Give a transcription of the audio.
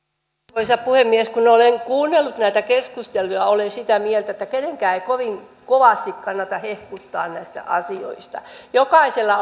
arvoisa puhemies kun olen kuunnellut näitä keskusteluja olen sitä mieltä että kenenkään ei kovin kovasti kannata hehkuttaa näistä asioista jokaisella